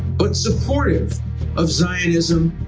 but supportive of zionism,